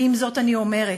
ועם זאת אני אומרת: